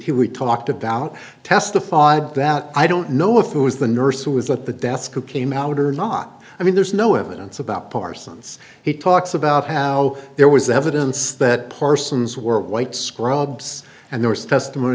who we talked about testified that i don't know if it was the nurse who was at the desk who came out or not i mean there's no evidence about parsons he talks about how there was evidence that parsons were white scrubs and there was testi